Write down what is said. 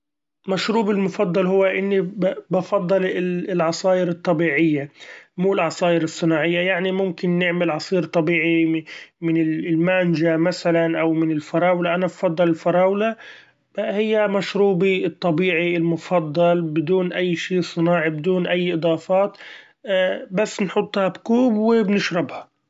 مشروبي المفضل هو عصير البرتقال الطبيعي وكيف بيتم تحضيره؟ أنا بحضره إني ب- بجيب البرتقال على حسب الرغبة على حسب الكمية ، وتبدأ إن إنت تقشرها وتحطها بالخلاط ، وتضيف عليه معلقتين تلاته من السكر ونص كوب من المي ، وبعدين لما يچهز بنبدأ إني بنشربه بيكون طعمه وايد لذيذ.